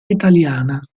italiana